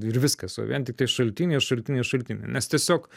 ir viskas o vien tiktai šaltiniai ir šaltiniai ir šaltiniai nes tiesiog